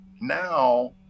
Now